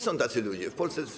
Są tacy ludzie w Polsce.